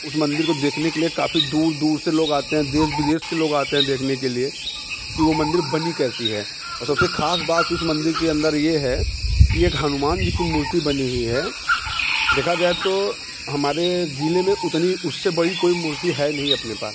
उस मंदिर को देखने के लिए काफ़ी दूर दूर से लोग आते हैं देश विदेश के लोग आते हैं देखने के लिए कि वो मंदिर बनी कैसी है और सबसे ख़ास बात उस मंदिर के अंदर ये है कि एक हनुमान जी की मूर्ति बनी हुई है देखा जाए तो हमारे जिले में उतनी उससे बड़ी कोई मूर्ति है नहीं अपने पास